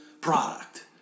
product